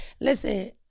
Listen